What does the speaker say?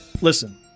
Listen